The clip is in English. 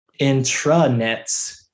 intranets